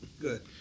Good